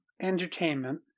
entertainment